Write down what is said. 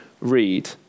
read